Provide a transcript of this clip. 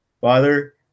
father